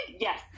yes